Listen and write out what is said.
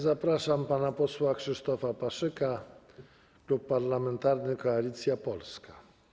Zapraszam pana posła Krzysztofa Paszyka, Klub Parlamentarny Koalicja Polska.